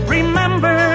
Remember